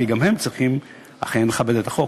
כי גם הם צריכים אכן לכבד את החוק.